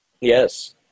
Yes